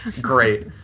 Great